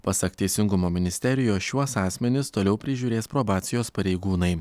pasak teisingumo ministerijos šiuos asmenis toliau prižiūrės probacijos pareigūnai